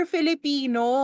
Filipino